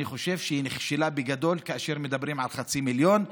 אני חושב שהיא נכשלה בגדול כאשר מדברים על חצי מיליון,